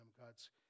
God's